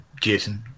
Jason